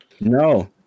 No